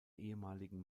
ehemaligen